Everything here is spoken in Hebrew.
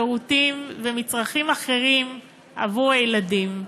שירותים ומצרכים אחרים עבור הילדים.